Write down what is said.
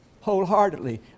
wholeheartedly